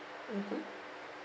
mmhmm